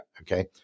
Okay